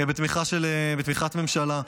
בתמיכת ממשלה,